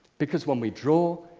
because when we draw,